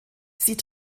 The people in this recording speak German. sie